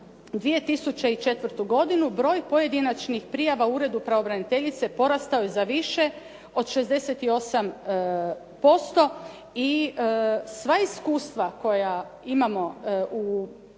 2004. godinu, broj pojedinačnih prijava Uredu pravobraniteljice porastao je za više od 68% i sva iskustva koja imamo, oni